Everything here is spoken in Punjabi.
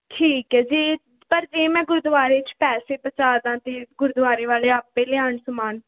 ਠੀਕ ਹੈ ਜੇ ਪਰ ਜੇ ਮੈਂ ਗੁਰਦੁਆਰੇ 'ਚ ਪੈਸੇ ਪਹੁੰਚਾ ਦਾ ਅਤੇ ਗੁਰਦੁਆਰੇ ਵਾਲੇ ਆਪੇ ਲਿਆਉਣ ਸਮਾਨ